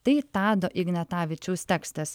tai tado ignatavičiaus tekstas